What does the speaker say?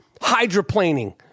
hydroplaning